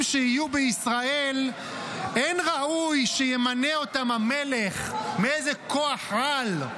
שיהיו בישראל אין ראוי שימנה אותם המלך מאיזה כוח-על,